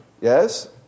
Yes